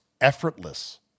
effortless